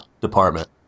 department